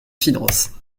finances